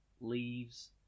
leaves